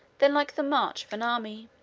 than like the march of an army.